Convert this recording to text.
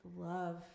love